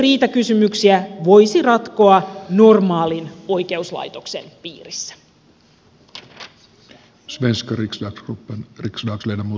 eikö riitakysymyksiä voisi ratkoa normaalin oikeuslaitoksen piirissä